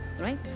right